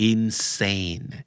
Insane